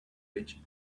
rich